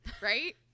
Right